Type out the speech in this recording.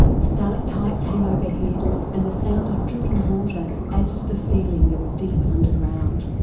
stalactites hang overhead and the sound of dripping water adds to the feeling you're deep underground.